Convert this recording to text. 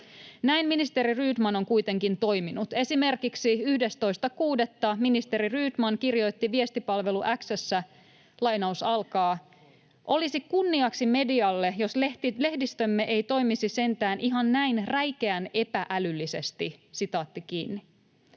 Näin ministeri Rydman on kuitenkin toiminut. Esimerkiksi 11.6. ministeri Rydman kirjoitti viestipalvelu X:ssä: ”Olisi kunniaksi medialle, jos lehdistömme ei toimisi sentään ihan näin räikeän epä-älyllisesti.” Syytös on